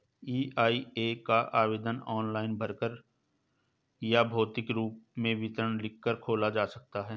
EIA का आवेदन online भरकर या भौतिक रूप में विवरण लिखकर खोला जा सकता है